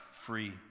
free